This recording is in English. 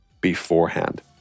beforehand